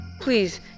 Please